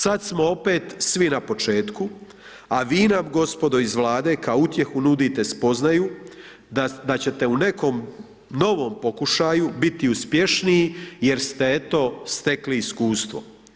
Sad smo opet svi na početku, a vi nam gospodo iz Vlade kao utjehu nudite spoznaju da ćete u nekom novom pokušaju biti uspješniji jer ste, eto, stekli iskustvo.